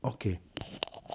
okay